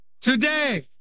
Today